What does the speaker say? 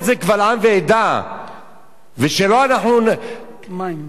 ושלא נשחק בנדמה לי.